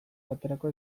baterako